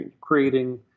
creating